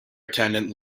attendant